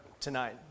tonight